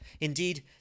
Indeed